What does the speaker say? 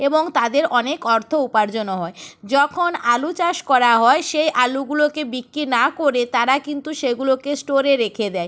এবং তাদের অনেক অর্থ উপার্জনও হয় যখন আলু চাষ করা হয় সেই আলুগুলোকে বিক্রি না করে তারা কিন্তু সেগুলোকে স্টোরে রেখে দেয়